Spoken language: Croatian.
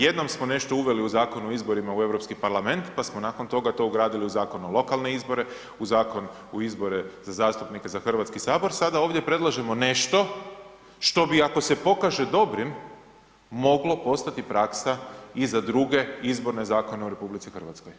Jednom smo nešto uveli u Zakonu o izborima u Europski parlament pa smo nakon toga ugradili to u Zakon u lokalne izbore, u Zakon u izbore za zastupnike za Hrvatski sabor, sada ovdje predlažemo nešto što bi ako se pokaže dobrim, moglo postati praksa i za druge izborne zakone u RH.